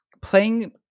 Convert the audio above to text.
playing